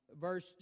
verse